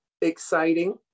exciting